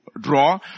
draw